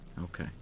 Okay